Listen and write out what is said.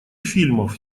фильмов